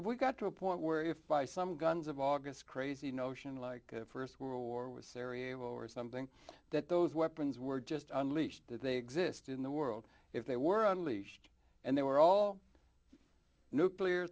we got to a point where if by some guns of august crazy notion like the st world war with syria or something that those weapons were just unleashed they exist in the world if they were unleashed and they were all nuclear